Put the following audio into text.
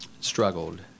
struggled